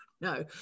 No